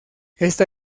esta